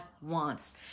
wants